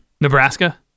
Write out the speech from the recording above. Nebraska